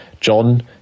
john